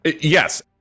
Yes